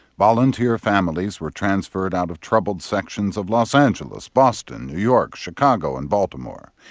volunteer families were transferred out of troubled sections of los angeles, boston, new york, chicago and baltimore.